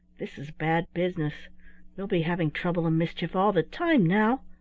this is bad business we'll be having trouble and mischief all the time now.